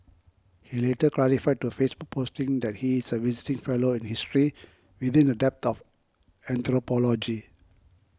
he later clarified to a Facebook posting that he is a visiting fellow in history within the dept of anthropology